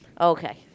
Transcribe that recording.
Okay